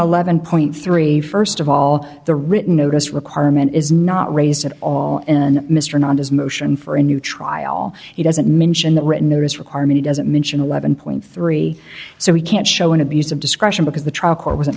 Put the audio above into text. eleven point three first of all the written notice requirement is not raised at all and mr non his motion for a new trial it doesn't mention the written notice requirement it doesn't mention eleven point three so we can't show an abuse of discretion because